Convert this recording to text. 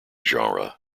genre